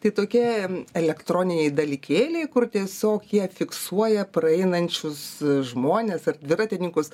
tai tokie elektroniniai dalykėliai kur tiesiog jie fiksuoja praeinančius žmones ar dviratininkus